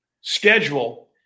schedule